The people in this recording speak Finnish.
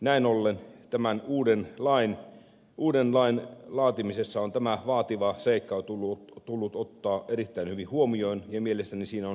näin ollen tämän uuden lain laatimisessa on tämä vaativa seikka tullut ottaa erittäin hyvin huomioon ja mielestäni siinä on hyvin onnistuttu